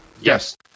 Yes